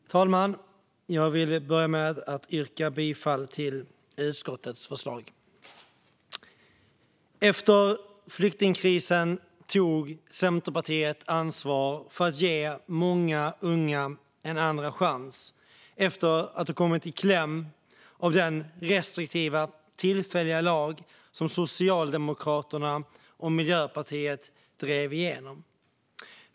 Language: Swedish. Fru talman! Jag vill börja med att yrka bifall till utskottets förslag. Efter flyktingkrisen tog Centerpartiet ansvar för att ge många unga en andra chans efter att de kommit i kläm på grund av den restriktiva, tillfälliga lag som Socialdemokraterna och Miljöpartiet drev igenom.